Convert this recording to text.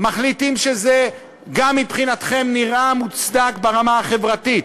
מחליטים שגם מבחינתכם זה נראה מוצדק ברמה החברתית.